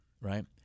right